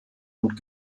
und